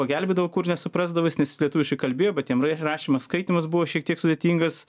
pagelbėdavo kur nesuprasdavo jis nes jis lietuviškai kalbėjo bet jam r rašymas skaitymas buvo šiek tiek sudėtingas